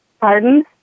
Pardon